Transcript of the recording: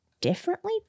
differently